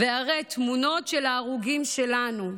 "ויראה תמונות של ההרוגים שלנו.